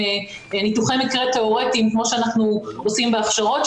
ניתוחי מקרה תיאורטיים כמו שאנחנו עושים בהכשרות,